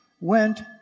went